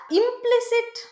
implicit